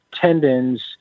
tendons